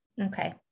Okay